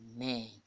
Amen